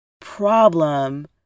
problem